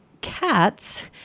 cats